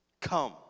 come